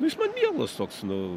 jis man mielas toks nu